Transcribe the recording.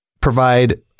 provide